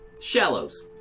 Shallows